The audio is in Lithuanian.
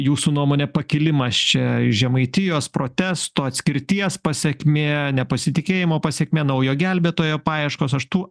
jūsų nuomone pakilimas čia žemaitijos protesto atskirties pasekmė nepasitikėjimo pasekmė naujo gelbėtojo paieškos aš tų